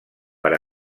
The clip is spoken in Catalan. per